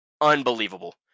unbelievable